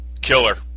killer